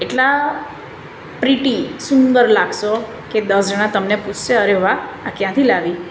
એટલા પ્રિટી સુંદર લાગશો કે દસ જણા તમને પૂછશે અરે વાહ આ ક્યાંથી લાવી